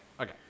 okay